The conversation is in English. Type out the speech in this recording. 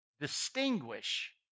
distinguish